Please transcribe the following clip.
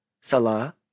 Salah